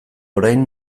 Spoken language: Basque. orain